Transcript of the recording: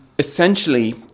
Essentially